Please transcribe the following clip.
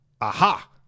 Aha